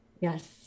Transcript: Yes